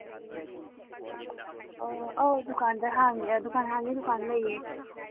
ꯑꯣ ꯑꯧ ꯗꯨꯀꯥꯟꯗ ꯍꯥꯡꯉꯦ ꯗꯨꯀꯥꯟ ꯍꯥꯡꯉꯦ ꯗꯨꯀꯥꯟꯗ ꯂꯩꯌꯦ